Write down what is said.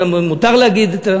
מותר להגיד,